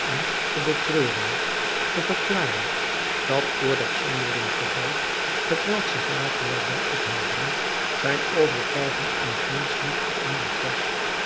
m te betreuren te verklaren dat door dat zonderling geval t welk zich later wel zou ophelderen zijn overtuiging in t minst niet veranderd was